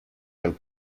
del